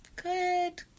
Good